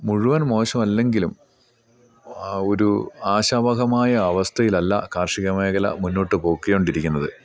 മുഴുവൻ മോശം അല്ലെങ്കിലും ഒരു ആശാവഹമായ അവസ്ഥയിലല്ല കാർഷിക മേഖല മുന്നോട്ട് പോയ്ക്കൊണ്ടിരിക്കുന്നത്